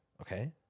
Okay